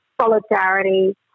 solidarity